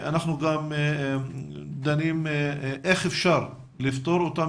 אנחנו גם דנים בשאלה איך אפשר לפתור את אותם